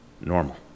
normal